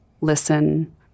listen